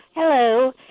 Hello